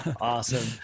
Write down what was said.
Awesome